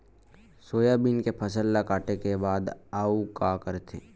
Soybean के फसल ल काटे के बाद आऊ का करथे?